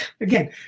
again